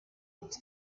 its